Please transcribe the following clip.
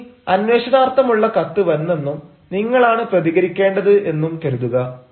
ഇനി അന്വേഷണാർത്ഥമുള്ള കത്ത് വന്നെന്നും നിങ്ങളാണ് പ്രതികരിക്കേണ്ടത് എന്നും കരുതുക